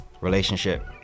relationship